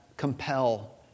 Compel